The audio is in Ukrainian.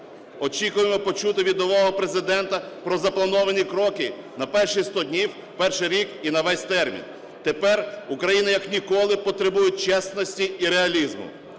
Очікуємо почути від нового Президента про заплановані кроки на перші 100 днів, перший рік і на весь термін. Тепер Україна як ніколи потребує чесності і реалізму.